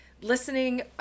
listening